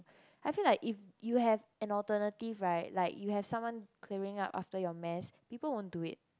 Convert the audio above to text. I feel like if you have an alternative right like you have someone clearing up after your mess people won't do it